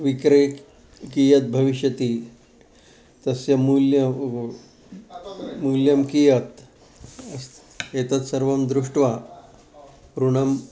विक्रे कियत् भविष्यति तस्य मूल्यं मूल्यं कियत् अस् एतत् सर्वं दृष्ट्वा ऋणम्